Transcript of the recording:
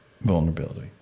vulnerability